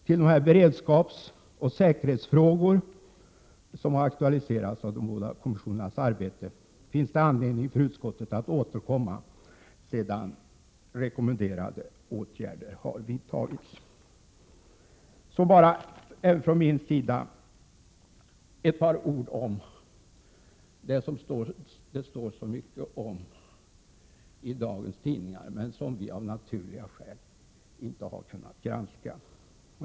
Till de beredskapsoch säkerhetsfrågor som har aktualiserats av de båda kommissionernas arbete finns det anledning för utskottet att återkomma sedan rekommenderade åtgärder har vidtagits. Så bara ett par ord om det som det står så mycket om i dagens tidningar men som vi av naturliga skäl inte har kunnat granska.